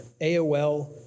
AOL